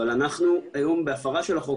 אבל אנחנו היום בהפרה של החוק,